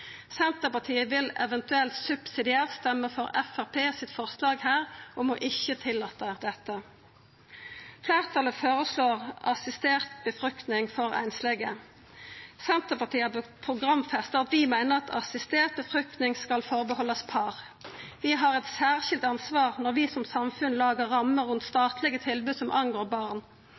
Senterpartiet vil eventuelt subsidiært stemma for Framstegspartiets forslag her om ikkje å tillata dette. Fleirtalet føreslår assistert befruktning for einslege. Senterpartiet har programfesta at vi meiner at assistert befruktning skal reserverast par. Vi har eit særskilt ansvar når vi som samfunn lagar rammer rundt statlege tilbod som angår barn.